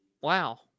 Wow